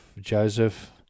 Joseph